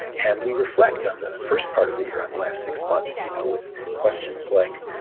and we reflect on the first part of the year, on the last six months, you know, with questions like,